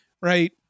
Right